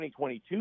2022